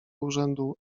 urzędu